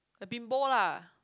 a bimbo lah